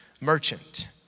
merchant